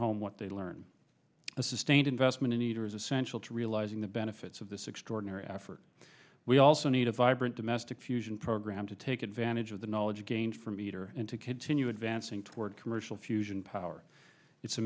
home what they learn a sustained investment in either is essential to realizing the benefits of this extraordinary effort we also need a vibrant domestic fusion program to take advantage of the knowledge gained from meter and to continue advancing toward commercial fusion power it's a